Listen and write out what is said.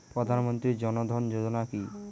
প্রধানমন্ত্রী জনধন যোজনা কি?